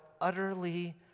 utterly